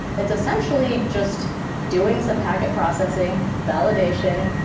it's essentially just doing some packet processing validation.